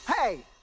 hey